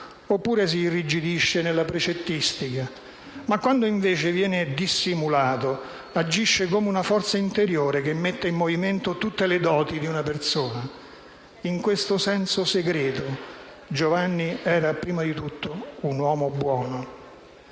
oppure si irrigidisce nella precettistica; quando invece viene dissimulato, agisce come una forza interiore che mette in movimento tutte le doti di una persona. In questo senso segreto, Giovanni era prima di tutto un uomo buono.